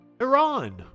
Iran